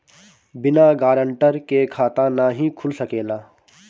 बिना गारंटर के खाता नाहीं खुल सकेला?